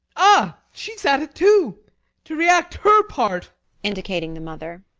ah! she's at it too to re-act her part indicating the mother